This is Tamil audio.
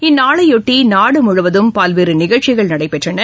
இந்நாளையொட்டி நாடு முழுவதும் பல்வேறு நிகழ்ச்சிகள் நடைபெற்றன